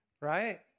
Right